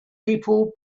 people